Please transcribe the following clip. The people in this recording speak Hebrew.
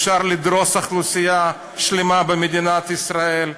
אפשר לדרוס אוכלוסייה שלמה במדינת ישראל,